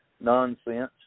nonsense